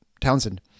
Townsend